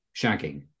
shagging